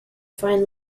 fine